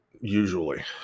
usually